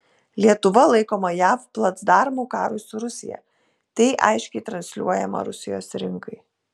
lietuva laikoma jav placdarmu karui su rusija tai aiškiai transliuojama rusijos rinkai